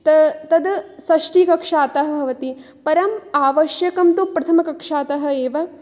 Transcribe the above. त तद् षष्ठीकक्षातः भवति परम् आवश्यकं तु प्रथमकक्षातः एव